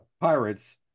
Pirates